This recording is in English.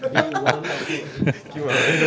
day one of not being stuck